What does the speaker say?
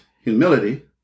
humility